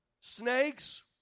Snakes